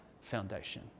foundation